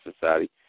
society